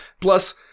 Plus